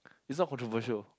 it's not controversial